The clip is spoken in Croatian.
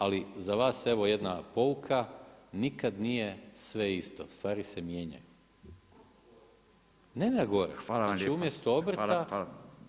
Ali, za vas, evo jedna pouka, nikad nije sve isto, stvari se mijenjaju. … [[Upadica se ne čuje.]] ne, ne gore, znači umjesto obrta JDO-i.